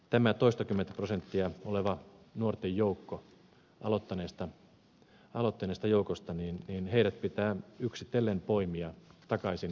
tämä toistakymmentä prosenttia oleva nuorten joukko aloittaneista joukoista pitää yksitellen poimia takaisin opiskeluelämään